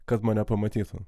kad mane pamatytų